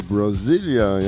Brasilia